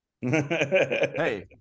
Hey